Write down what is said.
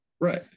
right